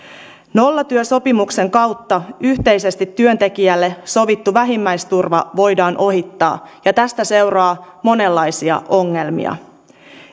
nollatyösopimuksen kautta yhteisesti työntekijälle sovittu vähimmäisturva voidaan ohittaa ja tästä seuraa monenlaisia ongelmia